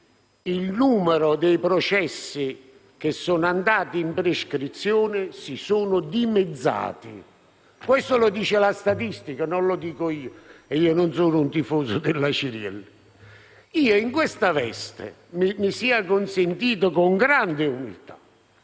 il numero dei processi andati in prescrizione si è dimezzato - questo lo dice la statistica e non io, che non sono un tifoso della Cirielli - in questa veste mi sia consentito con grande umiltà